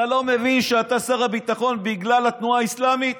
אתה לא מבין שאתה שר הביטחון בגלל התנועה האסלאמית?